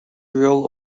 role